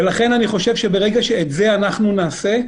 לכן אני חושב שברגע שנעשה את זה,